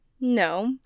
No